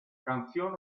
canción